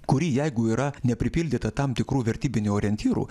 kuri jeigu yra nepripildyta tam tikrų vertybinių orientyrų